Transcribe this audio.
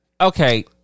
Okay